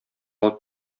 алып